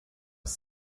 aus